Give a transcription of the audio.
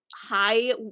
high